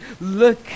look